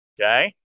Okay